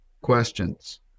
questions